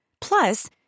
Plus